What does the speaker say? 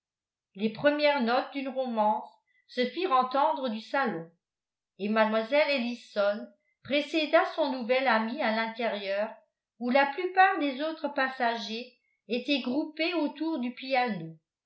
les premières notes d'une romance se firent entendre du salon et mlle ellison précéda son nouvel ami à l'intérieur où la plupart des autres passagers étaient groupés autour du piano